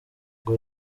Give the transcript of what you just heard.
ngo